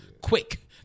quick